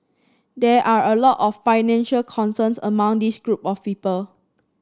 there are a lot of financial concerns among this group of people